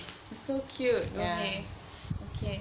is so cute okay okay